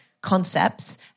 concepts